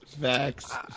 Facts